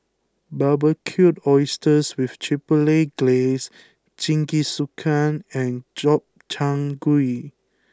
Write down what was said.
Barbecued Oysters with Chipotle Glaze Jingisukan and Gobchang Gui